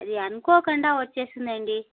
అది అనుకోకుండా వస్తుంది అండి